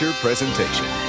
presentation